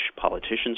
politicians